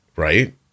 Right